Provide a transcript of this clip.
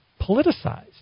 politicized